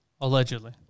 Allegedly